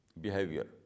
behavior